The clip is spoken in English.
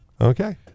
Okay